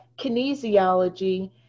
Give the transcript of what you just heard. kinesiology